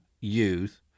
youth